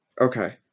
Okay